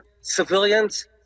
civilians